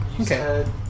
Okay